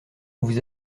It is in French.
vous